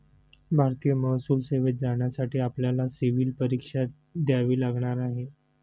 भारतीय महसूल सेवेत जाण्यासाठी आपल्याला सिव्हील परीक्षा द्यावी लागणार आहे